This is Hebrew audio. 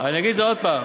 תגיד את זה עוד פעם.